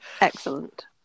Excellent